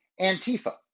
Antifa